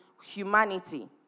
humanity